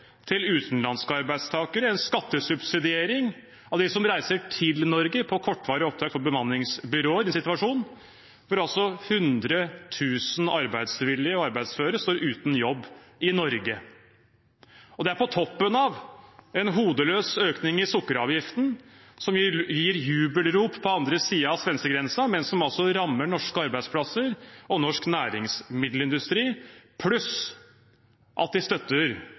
til utenlandske arbeidstakere, en skattesubsidiering av dem som reiser til Norge på kortvarig oppdrag for bemanningsbyråer, i en situasjon hvor 100 000 arbeidsvillige og arbeidsføre står uten jobb i Norge. Det er på toppen av en hodeløs økning i sukkeravgiften som gir jubelrop på andre siden av svenskegrensen, men som rammer norske arbeidsplasser og norsk næringsmiddelindustri, pluss at de støtter